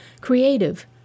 creative